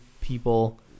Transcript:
people